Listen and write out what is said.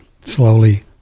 slowly